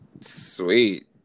Sweet